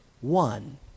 one